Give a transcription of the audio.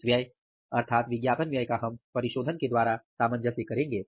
इस व्यय अर्थात विज्ञापन व्यय का हम परिशोधन के द्वारा सामंजस्य करेंगे